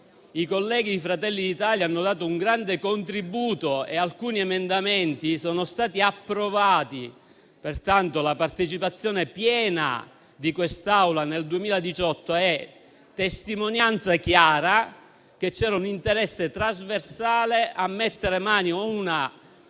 i colleghi di Fratelli d'Italia hanno dato un grande contributo e alcuni emendamenti sono stati approvati. Pertanto, la partecipazione piena di quest'Aula nel 2018 è testimonianza chiara che c'era un interesse trasversale a mettere mano a